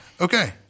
Okay